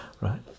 Right